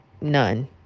none